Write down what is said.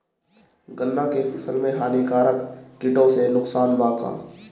गन्ना के फसल मे हानिकारक किटो से नुकसान बा का?